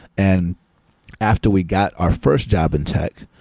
and after we got our first job in tech,